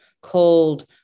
cold